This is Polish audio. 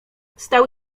stał